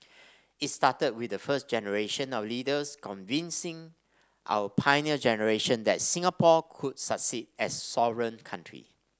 it started with the first generation of leaders convincing our Pioneer Generation that Singapore could succeed as a sovereign country